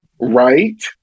Right